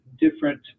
different